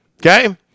Okay